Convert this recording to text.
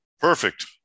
Perfect